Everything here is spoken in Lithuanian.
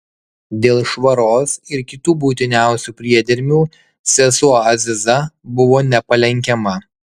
dėl švaros ir kitų būtiniausių priedermių sesuo aziza buvo nepalenkiama